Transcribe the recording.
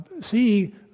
see